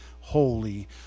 holy